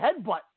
headbutt